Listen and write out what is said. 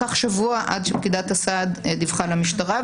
לקח שבוע עד שפקידת הסעד דיווחה למשטרה,